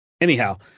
Anyhow